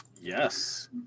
Yes